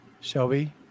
Shelby